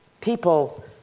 people